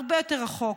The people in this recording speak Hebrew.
הרבה יותר רחוק,